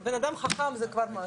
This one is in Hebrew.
זה, בן אדם חכם זה כבר משהו.